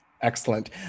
Excellent